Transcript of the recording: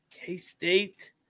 K-State